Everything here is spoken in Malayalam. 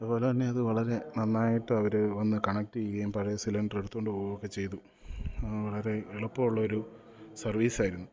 അതു പോലെ തന്നെ അതു വളരെ നന്നായിട്ടവർ വന്ന് കണക്റ്റ് ചെയ്യുകയും പഴയ സിലിണ്ടറെടുത്തു കൊണ്ട് പോകുകയൊക്കെ ചെയ്തു വളരെ എളുപ്പം ഉള്ളൊരു സർവ്വീസായിരുന്നു